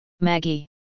Maggie